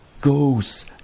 goes